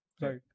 right